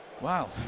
Wow